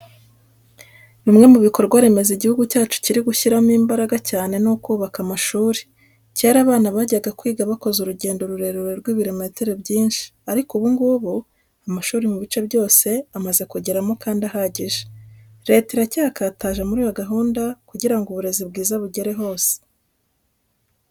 Bimwe mu bikorwa remezo igihugu cyacu kiri gushyiramo imbaraga cyane ni ukubaka amashuri. Kera abana bajyaga kwiga bakoze urugendo rurerure rw'ibirometero byinshi ariko ubu ngubu amashuri mu bice byose amaze kugeramo kandi ahagije. Leta iracyakataje muri iyo gahunda kugira ngo uburezi bwiza bugere hose.